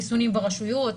חיסונים ברשויות,